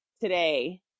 today